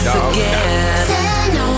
again